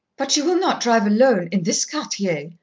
but you will not drive alone in this quartier?